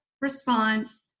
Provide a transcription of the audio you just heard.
response